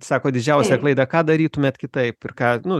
sako didžiausia klaida ką darytumėt kitaip ir ką nu